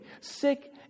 Sick